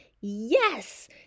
Yes